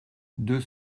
deux